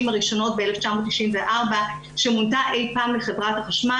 הראשונות ב-1994 שמונתה אי פעם לחברת החשמל.